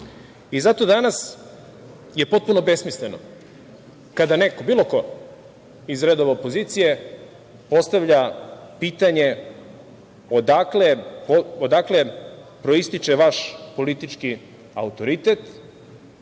je danas potpuno besmisleno kada neko, bilo ko iz redova opozicije, postavlja pitanje odakle proističe vaš politički autoritet,